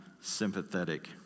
sympathetic